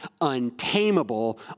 untamable